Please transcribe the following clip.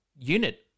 unit